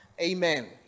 amen